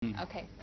Okay